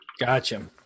Gotcha